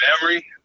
memory